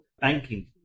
banking